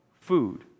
food